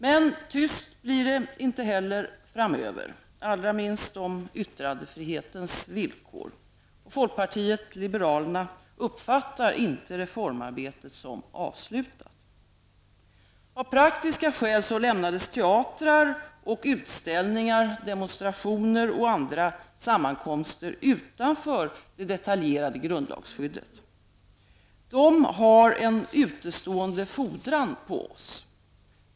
Men tyst blir det inte heller framöver -- allra minst om yttrandefrihetens villkor. Folkpartiet liberalerna uppfattar inte reformarbetet som avslutat. Av praktiska skäl lämnades teatrar och utställningar, demonstrationer och andra sammankomster utanför det detaljerade grundlagsskyddet. De har en utestående fordran på oss.